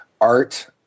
art –